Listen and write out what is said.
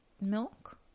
milk